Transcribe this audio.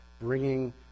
bringing